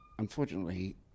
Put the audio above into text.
Unfortunately